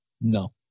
No